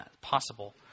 Possible